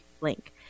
link